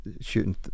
shooting